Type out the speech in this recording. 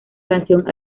canción